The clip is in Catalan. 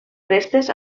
crestes